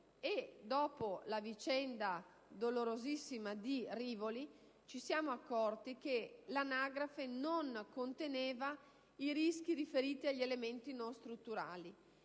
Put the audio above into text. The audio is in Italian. dopo la vicenda dolorosissima di Rivoli, ci siamo accorti che l'anagrafe non conteneva i rischi riferiti agli elementi non strutturali.